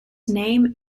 name